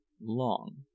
long